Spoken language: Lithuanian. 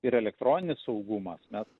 ir elektroninis saugumas mes